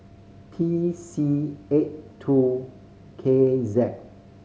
T C eight two K Z